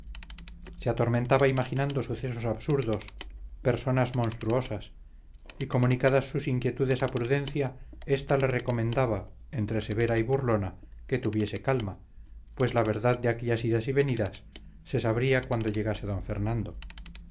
se atormentaba imaginando sucesos absurdos personas monstruosas y comunicadas sus inquietudes a prudencia esta le recomendaba entre severa y burlona que tuviese calma pues la verdad de aquellas idas y venidas se sabría cuando llegase d fernando